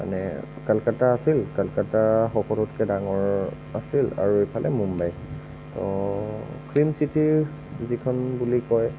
মানে কলকাতা আছিল কলকাতা সকলোতকৈ ডাঙৰ আছিল আৰু এইফালে মুম্বাই ফিল্ম চিটী যিখন বুলি কয়